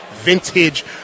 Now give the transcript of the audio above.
vintage